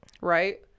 Right